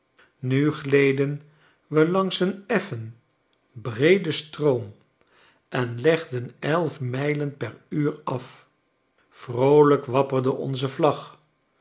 nu gleden we langs een effen breeden stroom en legden elfmijlenper uur af vroolijk wapperde onze vlag